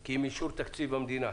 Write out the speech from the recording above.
כי עם אישור תקציב המדינה